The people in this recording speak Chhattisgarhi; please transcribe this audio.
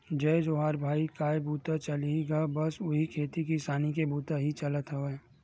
जय जोहार भाई काय बूता चलही गा बस उही खेती किसानी के बुता ही चलत हवय